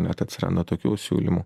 net atsiranda tokių siūlymų